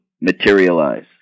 materialize